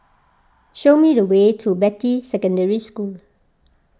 show me the way to Beatty Secondary School